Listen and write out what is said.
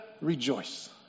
rejoice